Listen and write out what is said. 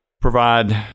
provide